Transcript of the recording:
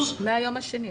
-- מהיום השני.